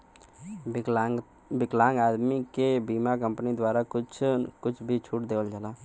विकलांग आदमी के बीमा कम्पनी द्वारा कुछ छूट भी देवल जाला